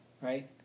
right